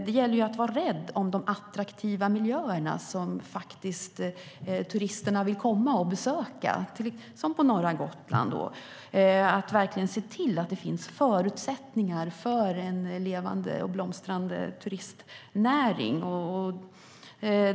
Det gäller också att vara rädd om de attraktiva miljöer som turisterna faktiskt vill besöka, till exempel på norra Gotland. Det gäller att se till att det finns förutsättningar för en levande och blomstrande turistnäring.